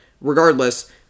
regardless